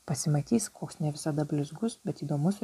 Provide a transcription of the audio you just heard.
pasimatys koks ne visada blizgus bet įdomus